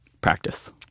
practice